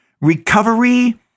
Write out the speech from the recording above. Recovery